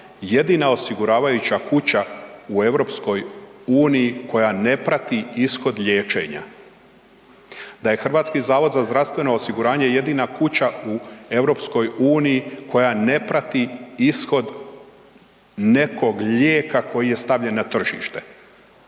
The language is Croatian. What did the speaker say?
jedina osiguravajuća kuća u EU-u koja ne prati ishod liječenja. Da je HZZO jedina kuća u EU-u koja ne prati ishod nekog lijeka koji je stavljen na tržište.